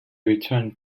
returned